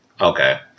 Okay